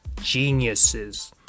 geniuses